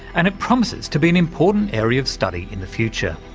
and it promises to be an important area of study in the future.